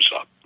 up